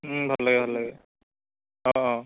ভাল লাগে ভাল লাগে অঁ অঁ